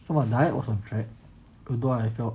so my diet or was on track although I felt